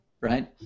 right